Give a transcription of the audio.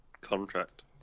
contract